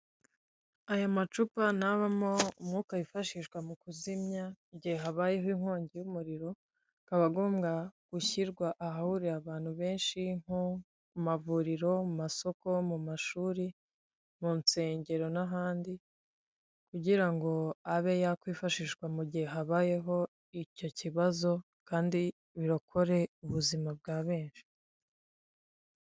Ayo macupa nabamo umwuka wifashishwa mu kuzimya igihe habayeho inkongi y'umuriro akaba agomba gushyirwa ahahurira abantu benshi nko mu mavuriro mu masoko mu mashuri mu nsengero n'ahandi kugira ngo abe yakwifashishwa mu gihe habayeho icyo kibazo kandi birokore ubuzima bwa benshi.